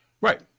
Right